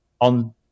on